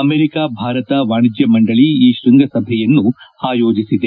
America Bharat ವಾಣಿಜ್ಞ ಮಂಡಳಿ ಈ ತ್ಸಂಗಸಭೆಯನ್ನು ಆಯೋಜಿಸಿದೆ